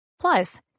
Plus